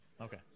Okay